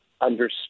understand